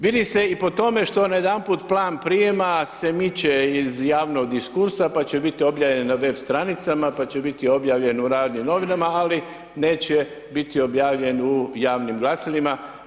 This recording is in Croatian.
Vidi se i po tome što najedanput plan prijema se miče iz javnog diskursa, pa će biti objavljen na web stranicama, pa će biti objavljen u radiju i novinama, ali neće biti objavljen u javnim glasilima.